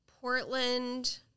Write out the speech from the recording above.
Portland